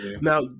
Now